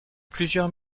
plusieurs